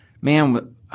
man